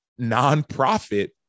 nonprofit